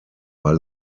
war